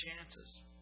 chances